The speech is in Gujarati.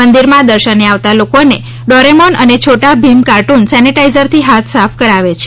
મંદિરમાં દર્શને આવતા લોકોને ડોરેમેન અને છોટા ભીમ કાર્ટ્રન સેનેટાઇઝરથી હાથ સાફ કરાવે છે